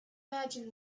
imagine